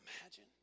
imagine